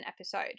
episode